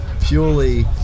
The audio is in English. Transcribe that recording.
purely